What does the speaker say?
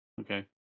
okay